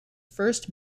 first